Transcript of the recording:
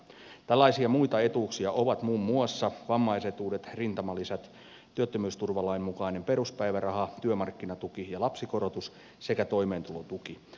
tällaisia muita etuuksia ovat muun muassa vammaisetuudet rintamalisät työttömyysturvalain mukainen peruspäiväraha työmarkkinatuki ja lapsikorotus sekä toimeentulotuki